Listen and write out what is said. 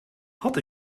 had